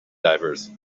divers